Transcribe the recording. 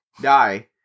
die